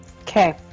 Okay